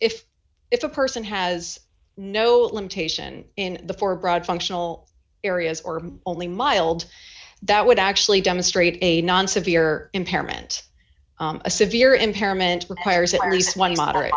if if a person has no limitation in the four broad functional areas or only mild that would actually demonstrate a non severe impairment a severe impairment requires at least one moderate